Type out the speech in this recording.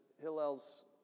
Hillel's